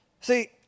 See